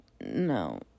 no